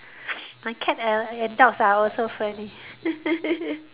my cat and and dogs are also friendly